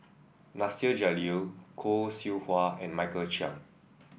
Nasir Jalil Khoo Seow Hwa and Michael Chiang